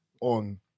on